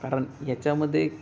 कारण याच्यामध्ये